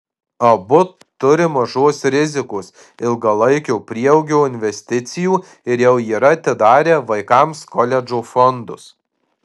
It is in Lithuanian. abu turi mažos rizikos ilgalaikio prieaugio investicijų ir jau yra atidarę vaikams koledžo fondus